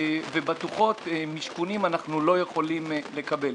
ובטוחות משכונים אנחנו לא יכולים לקבל.